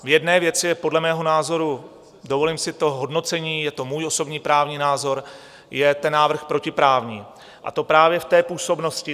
V jedné věci je podle mého názoru dovolím si to hodnocení, je to můj osobní právní názor je ten návrh protiprávní, a to právě v působnosti.